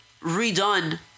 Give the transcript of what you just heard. redone